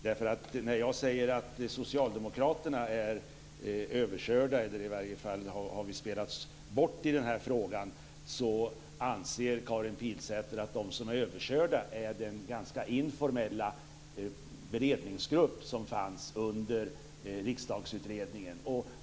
När jag säger att socialdemokraterna är överkörda, eller i varje fall har spelats bort i frågan, anser Karin Pilsäter att de som är överkörda är den informella beredningsgrupp som fanns under Riksdagsutredningen.